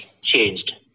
changed